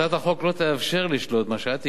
הצעת החוק לא תאפשר לשלוט, מה שאת הגשת,